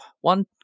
one